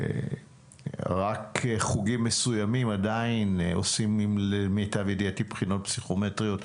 רק חוגים מסוימים עדיין עושים למיטב ידיעתי בחינות פסיכומטריות,